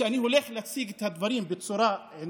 שאני עומד להציג את הדברים בצורה עניינית,